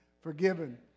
forgiven